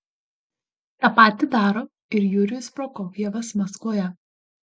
tą patį daro ir jurijus prokofjevas maskvoje